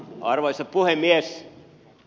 arvoisa puhemies